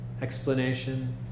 explanation